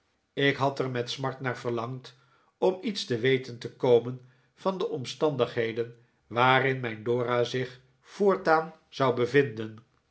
ik had er met smart naar verlangd om iets te weten te komen van de omstandigheden waarin mijn dora zich voortaan zou bevinden